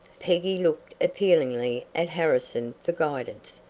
peggy looked appealingly at harrison for guidance,